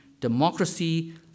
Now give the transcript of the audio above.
democracy